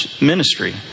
ministry